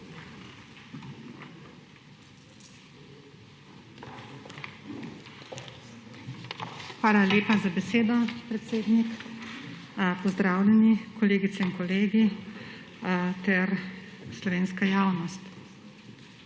Hvala lepa za besedo, predsednik. Pozdravljeni, kolegice in kolegi ter slovenska javnost!